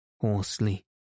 hoarsely